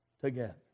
together